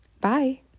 Bye